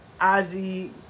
Ozzy